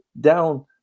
down